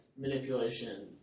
manipulation